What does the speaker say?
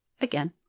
Again